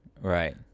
Right